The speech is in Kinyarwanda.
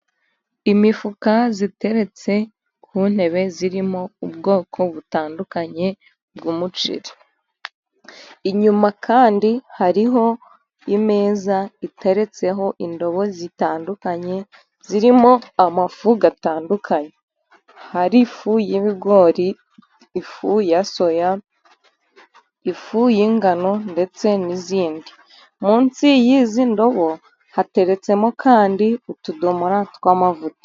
Imifuka iteretse ku ntebe, irimo ubwoko butandukanye bw'umuceri. Inyuma kandi hariho imeza iteretseho indobo zitandukanye, zirimo amafu atandukanye. Hari ifu y'ibigori, ifu ya soya, ifu y'ingano ndetse n'izindi. Munsi y'izi ndobo, hateretsemo kandi utudomora tw'amavuta.